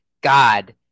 God